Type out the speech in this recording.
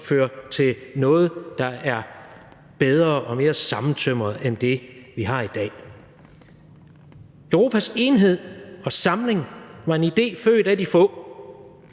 fører til noget, der er bedre og mere sammentømret end det, vi har i dag. Europas enhed og samling var en idé født af de få,